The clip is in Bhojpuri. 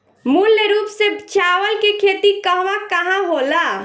मूल रूप से चावल के खेती कहवा कहा होला?